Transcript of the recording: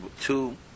two